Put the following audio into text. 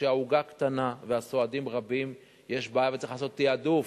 כשהעוגה קטנה והסועדים רבים יש בעיה וצריך לעשות תעדוף,